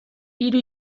hiru